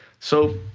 so,